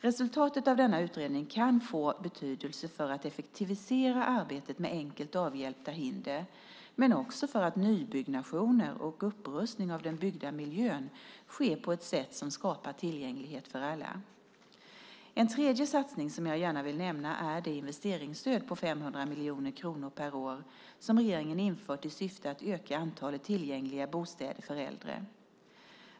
Resultatet av denna utredning kan få betydelse för att effektivisera arbetet med enkelt avhjälpta hinder men också för att nybyggnationer och upprustning av den byggda miljön sker på ett sätt som skapar tillgänglighet för alla. En tredje satsning som jag gärna vill nämna är det investeringsstöd på 500 miljoner kronor per år som regeringen infört i syfte att öka antalet tillgängliga bostäder för äldre.